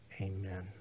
Amen